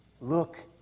Look